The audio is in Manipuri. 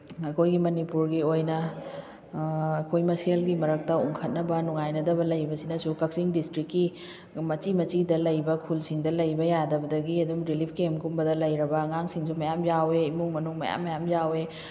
ꯑꯩꯈꯣꯏꯒꯤ ꯃꯅꯤꯄꯨꯔꯒꯤ ꯑꯣꯏꯅ ꯑꯩꯈꯣꯏ ꯃꯁꯦꯜꯒꯤ ꯃꯔꯛꯇ ꯎꯡꯈꯠꯅꯕ ꯅꯨꯡꯉꯥꯏꯅꯗꯕ ꯂꯩꯕꯁꯤꯅꯁꯨ ꯀꯛꯆꯤꯡ ꯗꯤꯁꯇ꯭ꯔꯤꯛꯀꯤ ꯃꯆꯤ ꯃꯆꯤꯗ ꯂꯩꯕ ꯈꯨꯜꯁꯤꯡꯗ ꯂꯩꯕ ꯌꯥꯗꯕꯗꯒꯤ ꯑꯗꯨꯝ ꯔꯤꯂꯤꯐ ꯀꯦꯝꯒꯨꯝꯕꯗ ꯂꯩꯔꯕ ꯑꯉꯥꯡꯁꯤꯡꯁꯨ ꯃꯌꯥꯝ ꯌꯥꯎꯏ ꯏꯃꯨꯡ ꯃꯅꯨꯡ ꯃꯌꯥꯝ ꯃꯌꯥꯝ ꯌꯥꯎꯋꯦ